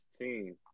team